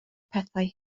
pethau